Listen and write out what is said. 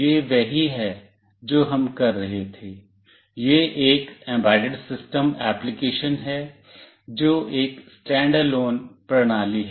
यह वही है जो हम कर रहे थे यह एक एम्बेडेड सिस्टम एप्लीकेशन है जो एक स्टैंडअलोन प्रणाली है